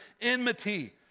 enmity